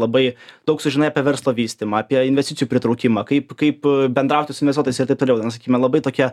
labai daug sužinai apie verslo vystymą apie investicijų pritraukimą kaip kaip bendrauti su investuotojais ir taip toliau sakykime labai tokia